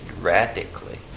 radically